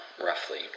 roughly